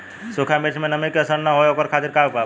सूखा मिर्चा में नमी के असर न हो ओकरे खातीर का उपाय बा?